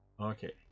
okay